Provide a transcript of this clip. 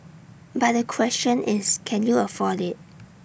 but the question is can you afford IT